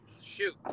Shoot